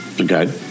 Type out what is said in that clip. Okay